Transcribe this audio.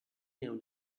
them